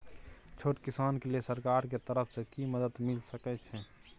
छोट किसान के लिए सरकार के तरफ कि मदद मिल सके छै?